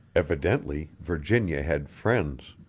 evidently virginia had friends.